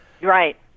right